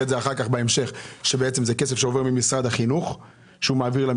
את זה כאשר זה כסף שעובר ממשרד החינוך למשטרה.